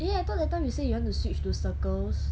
eh I thought that time you say you want to switch to circles